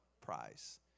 prize